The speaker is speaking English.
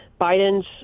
Biden's